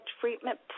treatment